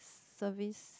service